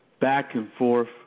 back-and-forth